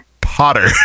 Potter